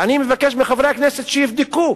ואני מבקש מחברי הכנסת שיבדקו